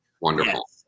Wonderful